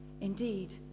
Indeed